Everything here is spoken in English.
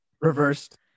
reversed